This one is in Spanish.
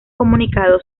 comunicado